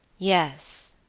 yes,